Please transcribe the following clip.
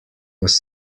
was